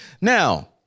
Now